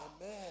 Amen